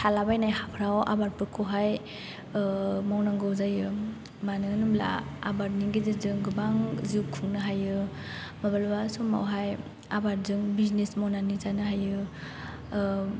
थालाबायनाय हाफ्राव आबादफोरखौहाय ओह मावनांगौ जायो मानो होनोब्ला आबादनि गेजेरजों गोबां जिउ खुंनो हायो माब्लाबा समावहाय आबादजों बिजनेस मावनानै जानो हायो ओह